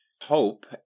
hope